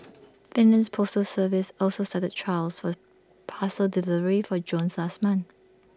Finland's postal service also started trials for parcel delivery for drones last month